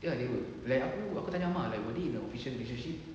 ya they would like aku aku tanya amar like were they in official relationship